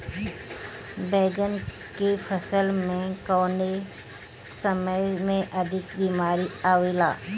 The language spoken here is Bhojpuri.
बैगन के फसल में कवने समय में अधिक बीमारी आवेला?